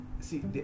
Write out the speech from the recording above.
See